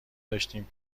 داشتیم